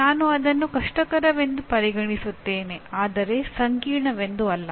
ನಾನು ಅದನ್ನು ಕಷ್ಟಕರವೆಂದು ಪರಿಗಣಿಸುತ್ತೇನೆ ಆದರೆ ಸಂಕೀರ್ಣವೆಂದು ಅಲ್ಲ